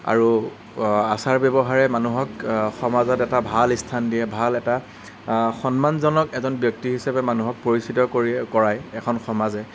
আৰু আচাৰ ব্যৱহাৰে মানুহক সমাজত এটা ভাল স্থান দিয়ে ভাল এটা সন্মানজনক এজন ব্যক্তি হিচাপে মানুহক পৰিচিত কৰি কৰাই এখন সমাজে